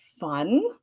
fun